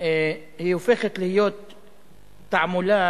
היא הופכת להיות תעמולה,